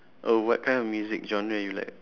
oh what kind of music genre you like